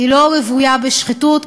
אינה רוויה בשחיתות.